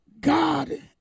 God